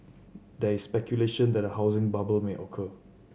there is speculation that a housing bubble may occur